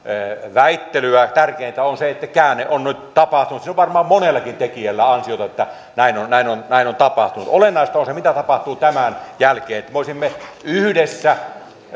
väittelyä tärkeintä on se että käänne on nyt tapahtunut se on varmaan monellekin tekijälle ansiota että näin on näin on tapahtunut olennaista on se mitä tapahtuu tämän jälkeen voisimme yhdessä